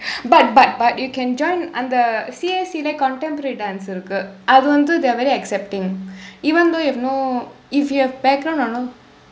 but but but you can join அந்த:andtha C S E இல்ல:illa contemporary dance இருக்கு அது வந்து:irukku athu vandthu they are very accepting even though you have no if you have background or not